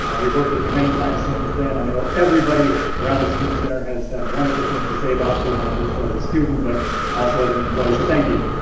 we've worked with you many times since then. i know everybody around the student center has had wonderful things to say about you you not just as a student but also as an employee, so thank you.